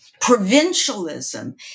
provincialism